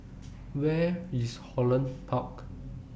Where IS Holland Park